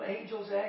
angels